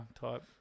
type